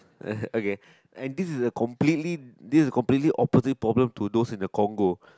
okay and this is a completely this is completely opposite problem to those in the Kongo